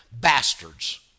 bastards